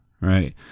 Right